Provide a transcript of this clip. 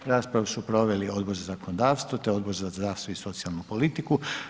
Raspravu su proveli Odbor za zakonodavstvo te Odbor za zdravstvo i socijalnu politiku.